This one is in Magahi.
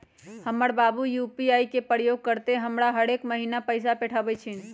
हमर बाबू यू.पी.आई के प्रयोग करइते हमरा हरेक महिन्ना पैइसा पेठबइ छिन्ह